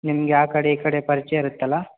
ನಿಮಗೆ ಆ ಕಡೆ ಈ ಕಡೆ ಪರ್ಚಯ ಇರುತ್ತಲ